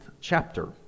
chapter